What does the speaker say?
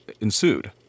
ensued